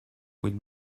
will